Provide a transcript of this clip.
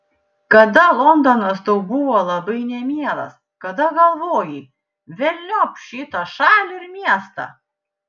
kada londonas tau buvo labai nemielas kada galvojai velniop šitą šalį ir miestą